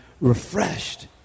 refreshed